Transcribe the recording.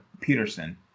Peterson